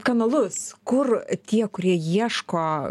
kanalus kur tie kurie ieško